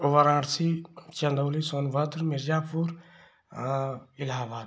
वाराणसी चन्दौली सोनभद्र मिर्ज़ापुर और इलाहाबाद